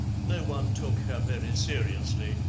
no one took her very seriously.